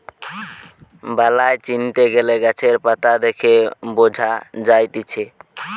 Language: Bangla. বালাই চিনতে গ্যালে গাছের পাতা দেখে বঝা যায়তিছে